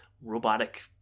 robotic